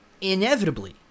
inevitably